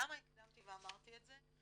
למה הקדמתי ואמרתי את זה?